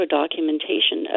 documentation